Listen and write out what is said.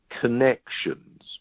connections